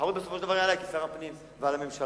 האחריות בסופו של דבר היא עלי כשר הפנים ועל הממשלה.